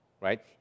right